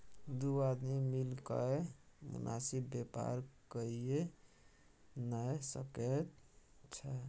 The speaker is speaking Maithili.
दू आदमी मिलिकए मोनासिब बेपार कइये नै सकैत छै